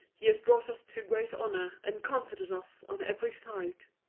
he has brought us to great honour, and comforted us on every side